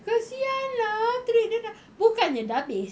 kesian lah treat dia dah bukannya dah habis